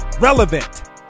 Relevant